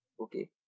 okay